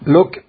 Look